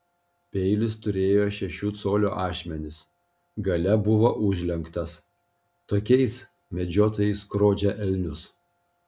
peilis turėjo šešių colių ašmenis gale buvo užlenktas tokiais medžiotojai skrodžia elnius